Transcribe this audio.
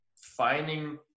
finding